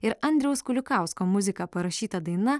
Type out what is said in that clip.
ir andriaus kuliukausko muzika parašyta daina